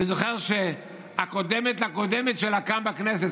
אני זוכר שהקודמת הקודמת שלה כאן בכנסת,